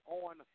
on